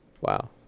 Wow